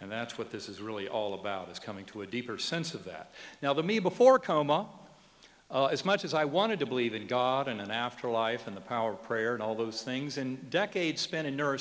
and that's what this is really all about is coming to a deeper sense of that now the me before coma as much as i wanted to believe in god in an afterlife and the power of prayer and all those things and decades spent in ne